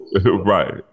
Right